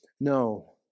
No